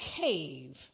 cave